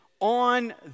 on